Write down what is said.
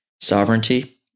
sovereignty